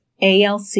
ALC